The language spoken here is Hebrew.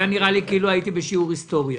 אני בשיעור היסטוריה.